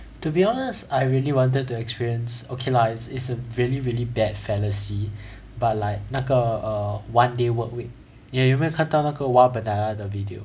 to be honest I really wanted to experience okay lah is is a really really bad fallacy but like 那个 err one day work week 有没有看到那个 !wah! banana 的 video